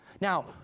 Now